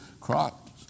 crops